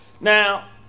Now